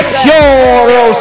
pure